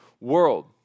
world